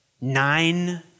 nine